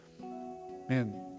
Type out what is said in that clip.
Man